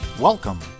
Welcome